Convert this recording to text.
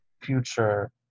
future